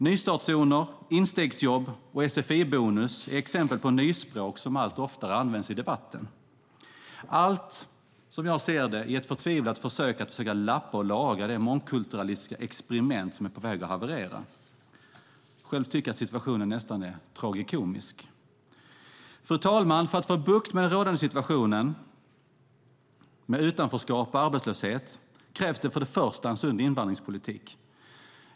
Nystartszoner, instegsjobb och sfi-bonus är exempel på nyspråk som allt oftare används i debatten. Som jag ser det är det ett förtvivlat försök att lappa och laga det mångkulturalistiska experimentet som är på väg att haverera. Själv tycker jag att situationen nästan är tragikomisk. Fru talman! För att få bukt med den rådande situationen med utanförskap och arbetslöshet krävs det för det första en sund invandringspolitik.